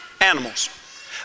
animals